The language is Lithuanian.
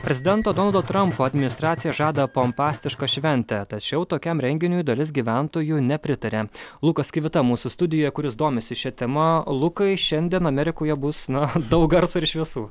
prezidento donaldo trampo administracija žada pompastišką šventę tačiau tokiam renginiui dalis gyventojų nepritaria lukas kvita mūsų studijoj kuris domisi šia tema lukai šiandien amerikoje bus na daug garso ir šviesų